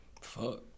Fuck